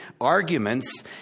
arguments